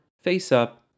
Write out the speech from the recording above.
face-up